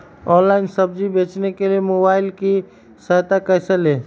Online सब्जी बेचने के लिए मोबाईल की सहायता कैसे ले?